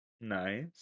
Nice